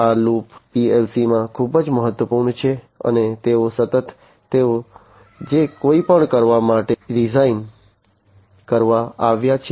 આ લૂપ પીએલસીમાં ખૂબ જ મહત્વપૂર્ણ છે અને તેઓ સતત તેઓ જે કંઈપણ કરવા માટે ડિઝાઇન કરવામાં આવ્યા છે